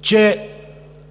Че